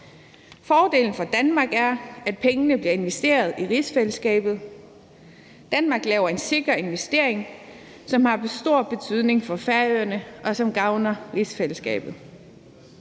Fordelen for Danmark er, at pengene bliver investeret i rigsfællesskabet. Danmark laver en sikker investering, som har stor betydning for Færøerne, og som gavner rigsfællesskabet.